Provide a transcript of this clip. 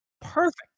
perfect